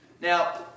Now